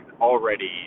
already